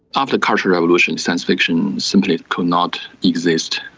after the cultural revolution, science fiction simply could not exist,